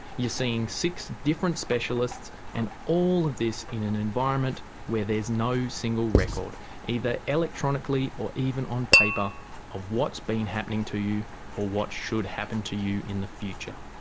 you're seeing six different specialists and all of this in an environment where there's no single record either electronically or even on paper of what's been happening to you or what should happen to you in the future.